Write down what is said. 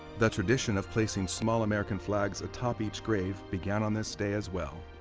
the tradition of placing small american flags atop each grave began on this day as well.